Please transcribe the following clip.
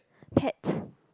pet